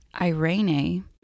irene